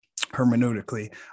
hermeneutically